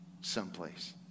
someplace